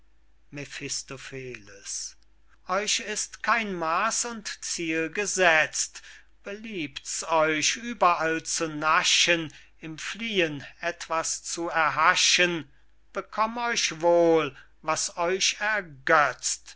mephistopheles euch ist kein maß und ziel gesetzt beliebt's euch überall zu naschen im fliehen etwas zu erhaschen bekomm euch wohl was euch